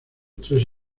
tres